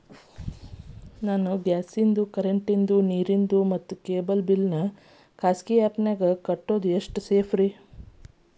ನನ್ನ gas current, ನೇರು, cable ನ ಬಿಲ್ ಖಾಸಗಿ ಆ್ಯಪ್ ನ್ಯಾಗ್ ಕಟ್ಟೋದು ಎಷ್ಟು ಸೇಫ್ರಿ?